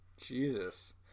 jesus